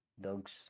dogs